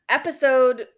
episode